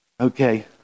Okay